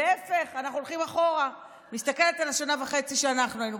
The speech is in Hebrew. להפך, אנחנו הולכים אחורה.